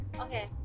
okay